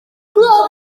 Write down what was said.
gloch